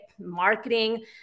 marketing